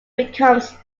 becomes